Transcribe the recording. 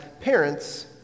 parents